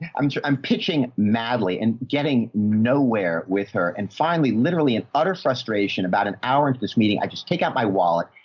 i'm sorry. so i'm pitching madly and getting nowhere with her. and finally, literally an utter frustration about an hour into this meeting. i just take out my wallet,